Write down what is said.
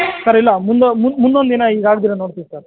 sir ಇಲ್ಲ ಮುಂದೆ ಮುಂದೊಂದು ದಿನ ಹೀಗಾಗ್ದಿರ ನೋಡ್ತೀವಿ ಸರ್